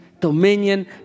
dominion